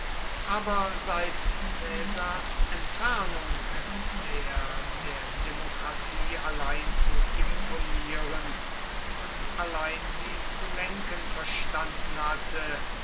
aber seit caesars entfernung der der demokratie allein zu imponieren und allein sie zu lenken verstanden hatte